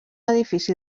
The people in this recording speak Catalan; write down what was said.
edifici